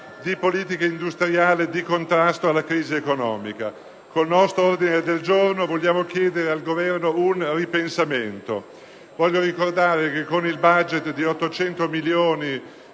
di politica industriale di contrasto alla crisi economica. Con il nostro ordine del giorno vogliamo chiedere al Governo un ripensamento. Voglio ricordare che con il *budget* di 800 milioni